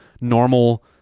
normal